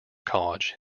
college